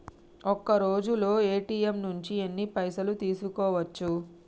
ఒక్కరోజులో ఏ.టి.ఎమ్ నుంచి ఎన్ని పైసలు తీసుకోవచ్చు?